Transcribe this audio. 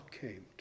came